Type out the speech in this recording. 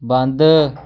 ਬੰਦ